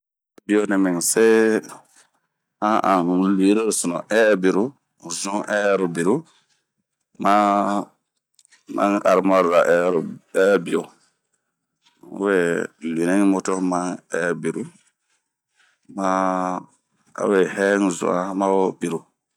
ɛh-ɛhbio nɛmi n'se ,han a n'luwirosunu ɛhɛh biru, n'zun ɛh-ɛh biru, maah n'arimwari ɛh-ɛh biru,